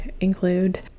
include